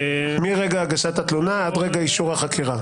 מרגע הגשת התלונה עד רגע אישור החקירה?